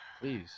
please